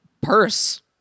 purse